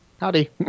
Howdy